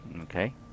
Okay